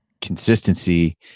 consistency